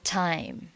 time